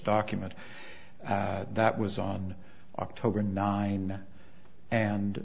document that was on october nine and